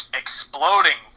exploding